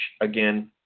again